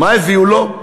מה הביאו לו?